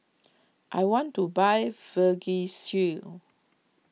I want to buy Vagisil